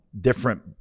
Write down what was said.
different